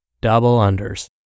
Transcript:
Double-unders